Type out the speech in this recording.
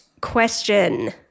question